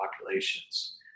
populations